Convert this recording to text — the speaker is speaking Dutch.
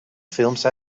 films